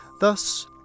Thus